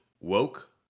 woke